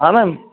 हाँ मैम